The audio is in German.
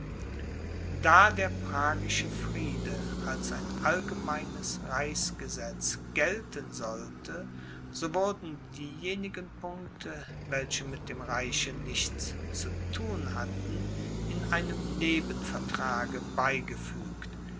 da der pragische friede als ein allgemeines reichsgesetz gelten sollte so wurden diejenigen punkte welche mit dem reiche nichts zu thun hatten in einem nebenvertrage